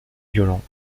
violent